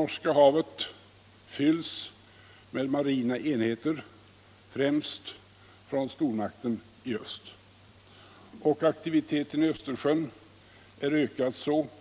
Norska havet fylls med marina enheter, främst från stormakten i öst, och aktiviteten i Östersjön ökar så mycket